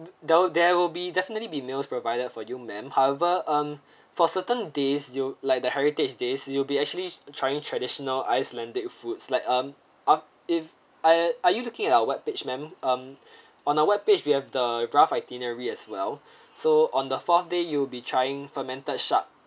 there'll there will be definitely be meals provided for you ma'am however um for certain days you like the heritage days you'll be actually trying traditional icelandic foods like um ah if are are you looking at our web page ma'am um on our web page we have the draft itinerary as well so on the fourth day you'll be trying fermented shark